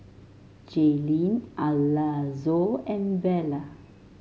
Jaylene Alonzo and Vela